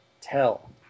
tell